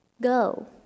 Go